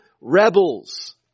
rebels